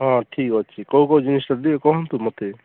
ହଁ ଠିକ ଅଛି କେଉଁ କେଉଁ ଜିନିଷଟା ଟିକିଏ କୁହନ୍ତୁ ମୋତେ